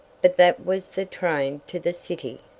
but that was the train to the city!